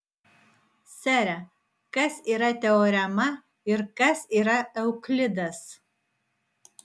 sere kas yra teorema ir kas yra euklidas